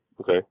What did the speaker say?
Okay